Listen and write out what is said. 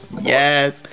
yes